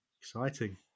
exciting